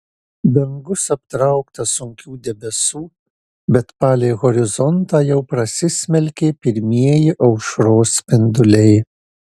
dangus aptrauktas sunkių debesų bet palei horizontą jau prasismelkė pirmieji aušros spinduliai